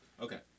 Okay